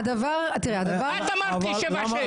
את אמרת לי שבעה-שישה.